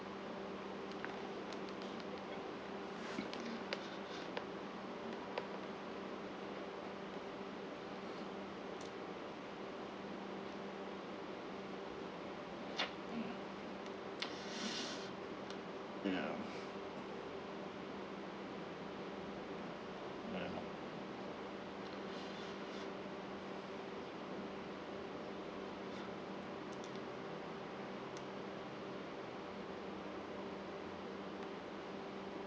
mm ya ya loh